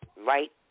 Right